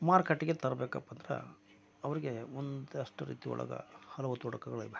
ಮಾರುಕಟ್ಟೆಗೆ ತರ್ಬೇಕಪ್ಪಂದ್ರೆ ಅವರಿಗೆ ಒಂದಷ್ಟು ರೀತಿ ಒಳಗೆ ಹಲವು ತೊಡಕುಗಳು ಇವೆ